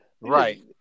Right